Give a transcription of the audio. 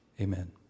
Amen